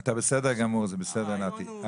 אתה בסדר גמור, זה בסדר נתי.